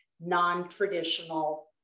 non-traditional